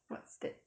what's that